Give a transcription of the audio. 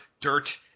dirt